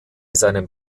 seinem